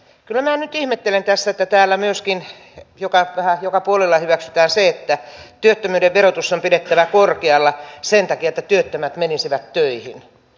kyllä minä nyt ihmettelen tässä että täällä myöskin vähän joka puolella hyväksytään se että työttömyyden verotus on pidettävä korkealla sen takia että työttömät menisivät töihin